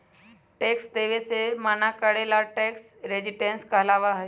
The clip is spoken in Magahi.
टैक्स देवे से मना करे ला टैक्स रेजिस्टेंस कहलाबा हई